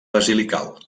basilical